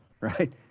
right